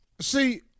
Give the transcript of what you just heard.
See